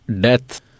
death